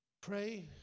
Pray